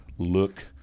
look